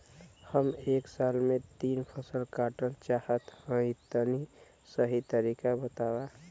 हम एक साल में तीन फसल काटल चाहत हइं तनि सही तरीका बतावा?